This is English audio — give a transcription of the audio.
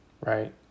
right